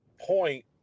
point